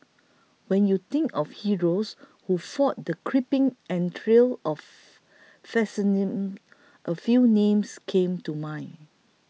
when you think of heroes who fought the creeping entrails of fascism a few names came to mind